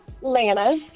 Lana